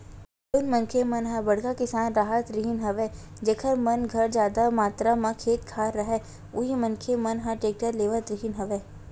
जउन मनखे मन ह बड़का किसान राहत रिहिन हवय जेखर मन घर जादा मातरा म खेत खार राहय उही मनखे मन ह टेक्टर लेवत रिहिन हवय